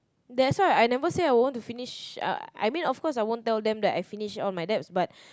that's why I never say I want to finish uh I mean of course I would tell them that I finished all my debts but